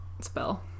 spell